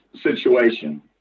situation